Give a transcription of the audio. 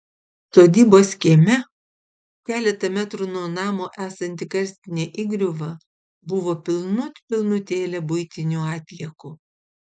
sodybos kieme keletą metrų nuo namo esanti karstinė įgriuva buvo pilnut pilnutėlė buitinių atliekų